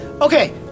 Okay